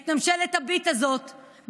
את ממשלת הביט הזאת,